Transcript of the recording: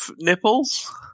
nipples